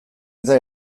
eta